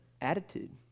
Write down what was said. attitude